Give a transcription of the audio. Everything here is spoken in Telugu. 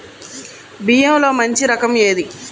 బియ్యంలో మంచి రకం ఏది?